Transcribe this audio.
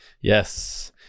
Yes